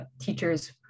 teachers